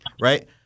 right